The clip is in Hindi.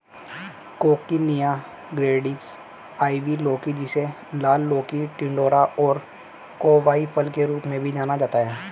कोकिनिया ग्रैंडिस, आइवी लौकी, जिसे लाल लौकी, टिंडोरा और कोवाई फल के रूप में भी जाना जाता है